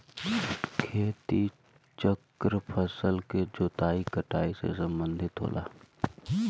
खेती चक्र फसल के जोताई कटाई से सम्बंधित होला